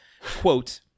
Quote